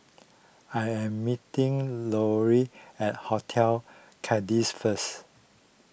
I am meeting Lory at Hotel first